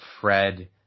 Fred